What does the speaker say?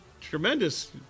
tremendous